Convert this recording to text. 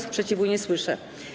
Sprzeciwu nie słyszę.